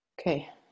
Okay